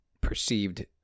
perceived